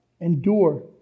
endure